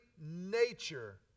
nature